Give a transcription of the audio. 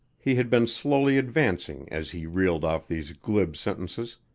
he had been slowly advancing as he reeled off these glib sentences,